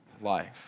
life